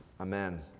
Amen